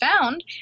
found